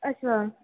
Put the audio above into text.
अच्छा